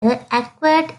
acquired